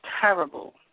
terrible